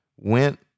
went